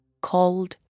called